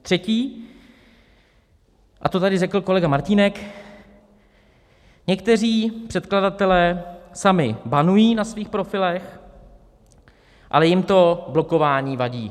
Třetí, a to tady řekl kolega Martínek, někteří předkladatelé sami banují na svých profilech, ale jim to blokování vadí.